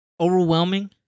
overwhelming